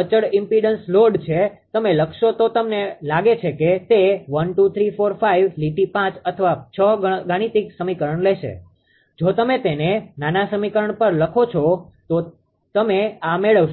અચળ impedance load છે તમે લખશો તો મને લાગે છે કે તે 1 2 3 4 5 લીટી 5 અથવા 6 ગાણિતિક સમીકરણ લેશે જો તમે તેને નાના સમીકરણ પર લખો છો તો તમે આ મેળવશો